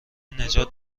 نجات